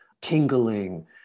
tingling